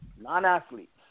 Non-athletes